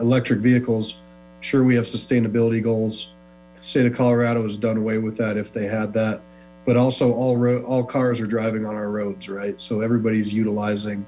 electric vehicles sure we have sustainability goals state of colorado has done away with that if they had that but also all all cars driving on our roads right so everybody is utilizing